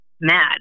mad